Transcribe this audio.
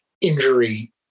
injury